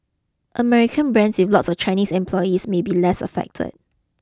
American brands with lots of Chinese employees may be less affected